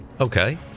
Okay